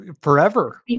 Forever